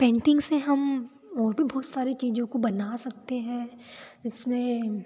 painting से हम और भी बहुत सारी चीज़ों को बना सकते हैं इसमें